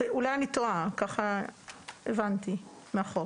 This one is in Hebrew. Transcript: אולי אני טועה, אבל ככה הבנתי מהחוק.